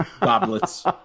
goblets